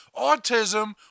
autism